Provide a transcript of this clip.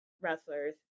wrestlers